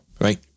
right